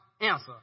answer